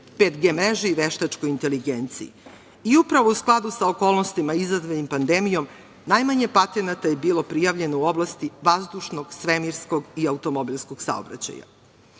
5G mreži i veštačkoj inteligenciji. Upravo u skladu sa okolnostima izazvanim pandemijom, najmanje patenata je bilo prijavljeno u oblasti vazdušnog, svemirskog i automobilskog saobraćaja. Prema